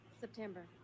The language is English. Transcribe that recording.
September